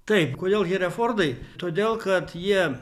taip kodėl herefordai todėl kad jie